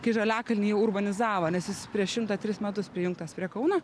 kai žaliakalnį urbanizavo nes jis prieš šimtą tris metus prijungtas prie kauno